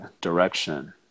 direction